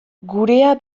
gurea